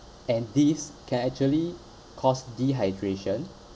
and these can actually cause dehydration